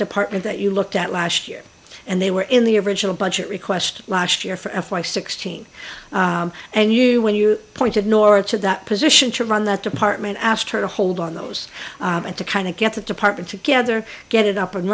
department that you looked at last year and they were in the original budget request last year for f y sixteen and you when you pointed north to that position to run that department asked her to hold on those and to kind of get the department together get it up and